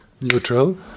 neutral